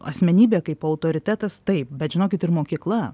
asmenybė kaip autoritetas taip bet žinokit ir mokykla